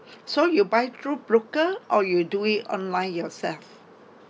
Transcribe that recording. so you buy through broker or you do it online yourself